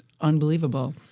unbelievable